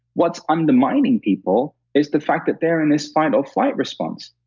what's undermining people is the fact that they're in this fight or flight response,